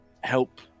help